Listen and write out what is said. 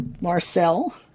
Marcel